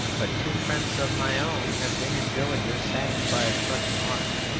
but two friends of my own have been in villages sacked by the prussian march.